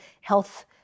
health